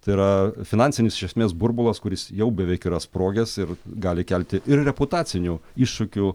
tai yra finansinis iš esmės burbulas kuris jau beveik yra sprogęs ir gali kelti ir reputacinių iššūkių